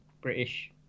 British